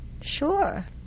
sure